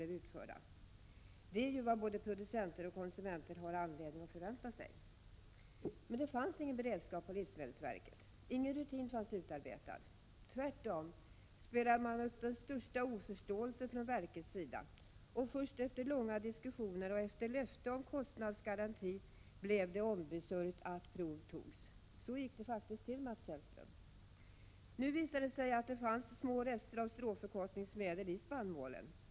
Detta är ju vad både producenter och konsumenter har anledning att förvänta sig. Men det fanns ingen beredskap på livsmedelsverket. Ingen rutin fanns utarbetad. Tvärtom spelade man från verkets sida upp den största oförståelse. Först efter långa diskussioner och löfte om kostnadsgaranti blev det ombesörjt att prov togs. Så gick det faktiskt till, Mats Hellström. Nu visar det sig att det fanns små rester av stråförkortningsmedel i spannmålen.